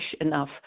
enough